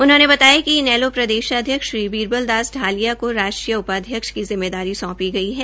उन्होंने बतायाकि इनेलो प्रदेशाध्यक्ष श्री बीरबल दास ढालिया को राष्ट्रीय उपाध्यक्ष की जिम्मेदारी सौंपी गई है